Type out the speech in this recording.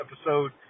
episode